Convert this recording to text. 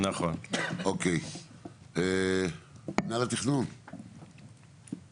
וחלק מהאפשרות שלה לקנות את